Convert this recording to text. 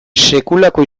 sekulako